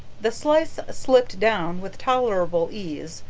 the slice slipped down with tolerable ease,